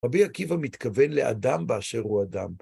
רבי עקיבא מתכוון לאדם באשר הוא אדם.